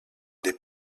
des